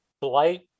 blight